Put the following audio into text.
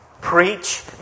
Preach